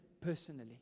personally